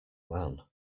man